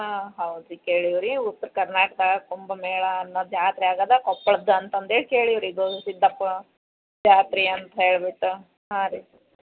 ಹಾಂ ಹೌದು ರೀ ಕೇಳೀವಿ ರೀ ಉತ್ತರ ಕರ್ನಾಟಕ ಕುಂಭಮೇಳ ಅನ್ನೋ ಜಾತ್ರೆ ಆಗದ ಕೊಪ್ಪಳದ್ದು ಅಂತಂದೇಳಿ ಕೇಳೀವಿ ರೀ ಗವಿ ಸಿದ್ಧಪ್ಪ ಜಾತ್ರೆ ಅಂತ ಹೇಳ್ಬಿಟ್ಟು ಹಾಂ ರೀ